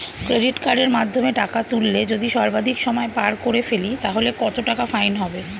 Credit কার্ডের মাধ্যমে টাকা তুললে যদি সর্বাধিক সময় পার করে ফেলি তাহলে কত টাকা ফাইন হবে?